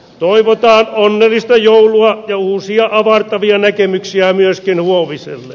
toivotaan onnellista joulua uusia avartavia näkemyksiä myöskin huoviselle